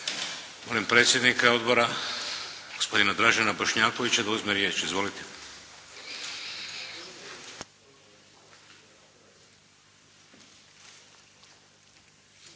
Molim predsjednika odbora gospodina Dražena Bošnjakovića da uzme riječ. Izvolite!